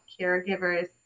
caregivers